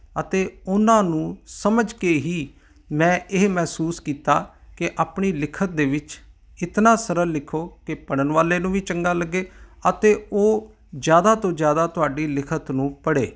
ਅਤੇ ਉਹਨਾਂ ਨੂੰ ਸਮਝ ਕੇ ਹੀ ਮੈਂ ਇਹ ਮਹਿਸੂਸ ਕੀਤਾ ਕਿ ਆਪਣੀ ਲਿਖਤ ਦੇ ਵਿੱਚ ਇਤਨਾ ਸਰਲ ਲਿਖੋ ਕਿ ਪੜ੍ਹਨ ਵਾਲੇ ਨੂੰ ਵੀ ਚੰਗਾ ਲੱਗੇ ਅਤੇ ਉਹ ਜ਼ਿਆਦਾ ਤੋਂ ਜ਼ਿਆਦਾ ਤੁਹਾਡੀ ਲਿਖਤ ਨੂੰ ਪੜ੍ਹੇ